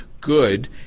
good